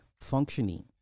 functioning